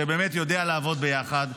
שבאמת יודע לעבוד ביחד.